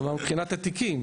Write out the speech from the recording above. כלומר, מבחינת התיקים.